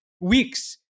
Weeks